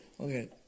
Okay